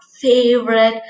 favorite